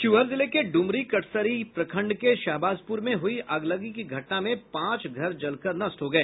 शिवहर जिले के डुमरी कटसरी प्रखंड के शहबाजपुर में हुई अगलगी की घटना में पांच घर जलकर नष्ट हो गए